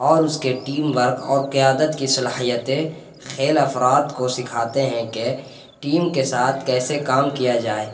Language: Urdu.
اور اس کے ٹیم ورک اور قیادت کی صلاحیتیں کھیل افراد کو سکھاتے ہیں کہ ٹیم کے ساتھ کیسے کام کیا جائے